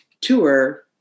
tour